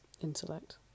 intellect